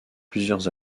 plusieurs